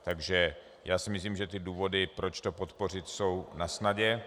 Takže já si myslím, že důvody, proč to podpořit, jsou nasnadě.